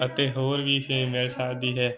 ਅਤੇ ਹੋਰ ਵੀ ਫੇਮ ਮਿਲ ਸਕਦੀ ਹੈ